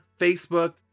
Facebook